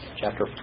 chapter